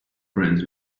friends